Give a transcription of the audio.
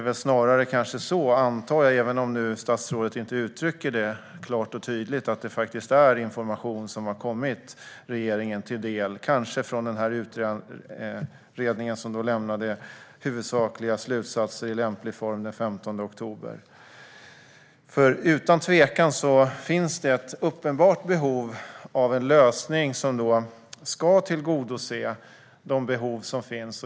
Även om statsrådet inte uttrycker det klart och tydligt antar jag att det snarare är så att det faktiskt är information som har kommit regeringen till del, kanske från den utredning som lämnade huvudsakliga slutsatser i lämplig form den 15 oktober. Utan tvekan finns det nämligen ett uppenbart behov av en lösning som ska tillgodose de behov som finns.